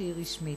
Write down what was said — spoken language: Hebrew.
שהיא רשמית.